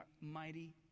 mighty